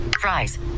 Fries